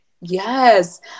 yes